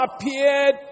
appeared